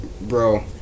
Bro